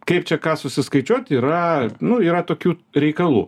kaip čia ką susiskaičiuot yra nu yra tokių reikalų